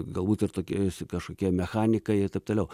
galbūt ir tokie visi kažkokie mechanikai ir taip toliau